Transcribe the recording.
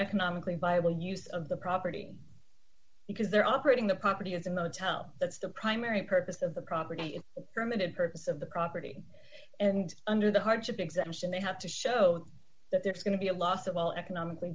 economically viable use of the property because they're operating the property of the motel that's the primary purpose of the property in permanent purpose of the property and under the hardship exemption they have to show that there is going to be a loss of all economically